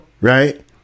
Right